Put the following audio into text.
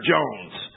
Jones